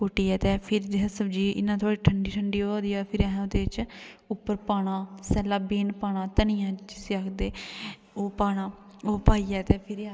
ते फिर जिसलै सब्ज़ी इंया इंया ठंडी होआ दी होऐ फिर असें ओह्दे च उप्पर पाना ब्यून पाना जिसी धनिया उसी आक्खदे ओह् पाना ओह् पाइयै ते असें